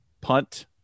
punt